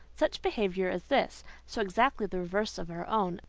such behaviour as this, so exactly the reverse of her own,